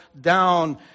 down